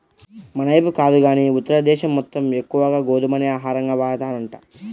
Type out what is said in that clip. మనైపు కాదు గానీ ఉత్తర దేశం మొత్తం ఎక్కువగా గోధుమనే ఆహారంగా వాడతారంట